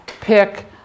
pick